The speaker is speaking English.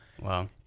Wow